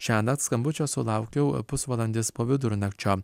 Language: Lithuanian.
šiąnakt skambučio sulaukiau pusvalandis po vidurnakčio